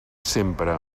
sempre